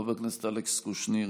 חבר הכנסת אלכס קושניר,